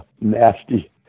nasty